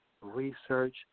Research